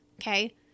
okay